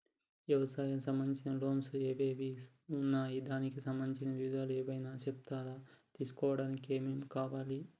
వ్యవసాయం సంబంధించిన లోన్స్ ఏమేమి ఉన్నాయి దానికి సంబంధించిన వివరాలు ఏమైనా చెప్తారా తీసుకోవడానికి ఏమేం కావాలి?